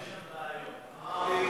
תודה רבה.